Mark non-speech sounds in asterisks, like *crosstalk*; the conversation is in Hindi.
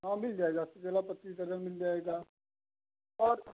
हाँ मिल जायेगा केला पत्ती *unintelligible* मिल जायेगा और